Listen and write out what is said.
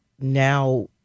now